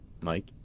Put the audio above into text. Mike